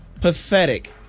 pathetic